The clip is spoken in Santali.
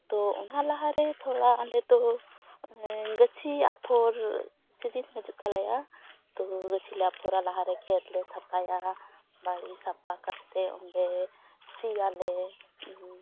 ᱛᱚ ᱚᱱᱟ ᱞᱟᱦᱟ ᱨᱮ ᱛᱷᱚᱲᱟ ᱟᱞᱮ ᱫᱚ ᱜᱟᱹᱪᱷᱤ ᱟᱯᱷᱚᱨ ᱥᱤᱡᱤᱱ ᱦᱤᱡᱩᱜ ᱛᱟᱞᱮᱭᱟ ᱛᱚ ᱜᱟᱹᱪᱷᱤ ᱞᱮ ᱟᱯᱷᱚᱨᱟ ᱞᱟᱦᱟ ᱨᱮ ᱠᱷᱮᱛ ᱞᱮ ᱥᱟᱯᱷᱟᱭᱟ ᱵᱟᱲᱜᱮ ᱥᱟᱯᱟ ᱠᱟᱛᱮ ᱚᱸᱰᱮ ᱥᱤᱭᱟᱞᱮ